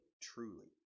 truly